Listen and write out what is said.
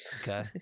Okay